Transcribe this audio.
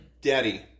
Daddy